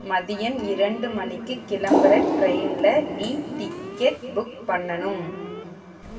மதியம் இரண்டு மணிக்கு கிளம்புகிற டிரெயினில் நீ டிக்கெட்டை புக் பண்ணணும்